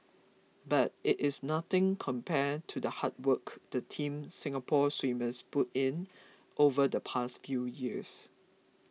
but it is nothing compared to the hard work the Team Singapore swimmers put in over the past few years